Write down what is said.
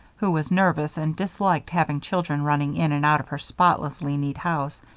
who was nervous and disliked having children running in and out of her spotlessly neat house,